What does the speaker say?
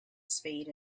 spade